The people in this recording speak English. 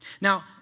Now